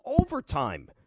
overtime